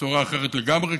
בצורה אחרת לגמרי,